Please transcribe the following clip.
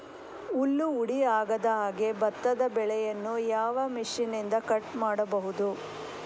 ಹುಲ್ಲು ಹುಡಿ ಆಗದಹಾಗೆ ಭತ್ತದ ಬೆಳೆಯನ್ನು ಯಾವ ಮಿಷನ್ನಿಂದ ಕಟ್ ಮಾಡಬಹುದು?